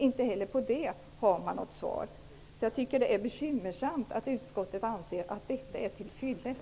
Inte heller på den punkten har man något svar. Det är bekymmersamt att utskottet anser att detta är till fyllest.